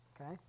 Okay